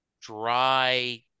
dry